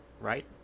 right